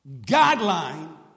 guideline